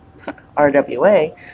RWA